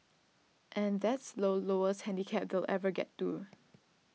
and that's low lowest handicap they'll ever get do